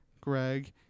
Greg